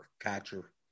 catcher